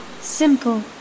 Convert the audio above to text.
Simple